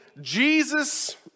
Jesus